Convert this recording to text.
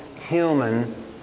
human